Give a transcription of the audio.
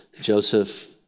Joseph